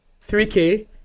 3k